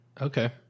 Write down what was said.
Okay